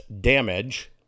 damage